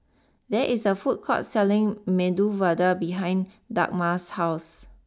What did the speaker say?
there is a food court selling Medu Vada behind Dagmar's house